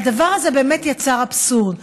והדבר הזה באמת יצר אבסורד.